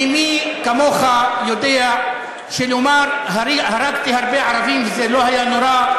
כי מי כמוך יודע שלומר "הרגתי הרבה ערבים וזה לא היה נורא",